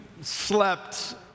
slept